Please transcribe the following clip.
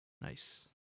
Nice